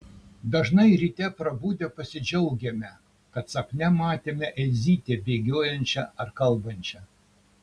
dažnai ryte prabudę pasidžiaugiame kad sapne matėme elzytę bėgiojančią ar kalbančią